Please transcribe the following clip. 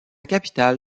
capitale